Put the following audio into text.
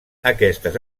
aquestes